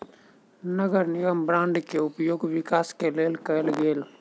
नगर निगम बांड के उपयोग विकास के लेल कएल गेल